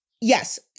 yes